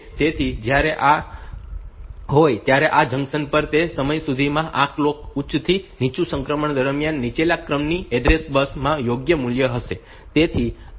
તેથી જ્યારે આ હોય ત્યારે આ જંકશન પર તે સમય સુધીમાં આ કલોક નું ઉચ્ચથી નીચું સંક્રમણ દરમ્યાન નીચલા ક્રમની એડ્રેસ બસ માં યોગ્ય મૂલ્ય હશે